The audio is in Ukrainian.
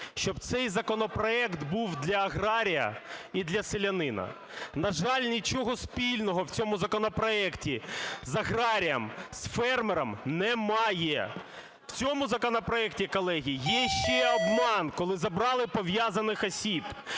щоб цей законопроект був для аграрія і для селянина. На жаль, нічого спільного в цьому законопроекті з аграрієм, з фермером немає. В цьому законопроекті, колеги, є ще обман, коли забрали пов'язаних осіб.